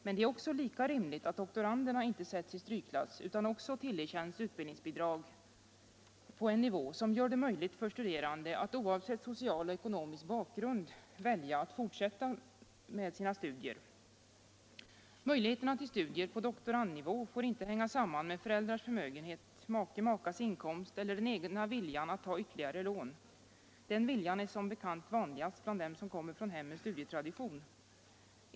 Men det är lika rimligt att doktoranderna inte sätts i strykklass utan också tillerkänns utbildningsbidrag på en nivå som gör det möjligt för studerande att oavsett social och ekonomisk bakgrund välja att fortsätta med sina studier. Möjligheterna till studier på doktorandnivå får inte hänga samman med föräldrars förmögenhet, makes/makas inkomst eller den egna viljan att ta ytterligare lån. Den viljan är som bekant vanligast bland dem som kommer från hem med studietradition.